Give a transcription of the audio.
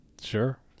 Sure